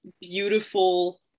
beautiful